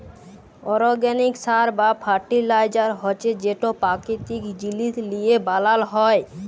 organic সার বা fertiliser হছে যেট পাকিতিক জিলিস লিঁয়ে বালাল হ্যয়